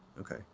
Okay